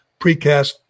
precast